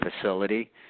facility